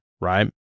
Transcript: right